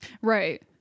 right